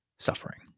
suffering